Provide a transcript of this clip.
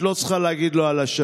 את לא צריכה להגיד לו על השעון.